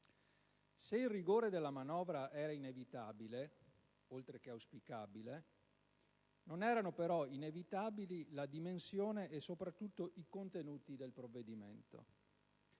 Se il rigore della manovra era inevitabile, oltre che auspicabile, non erano però inevitabili la dimensione e soprattutto i contenuti del provvedimento: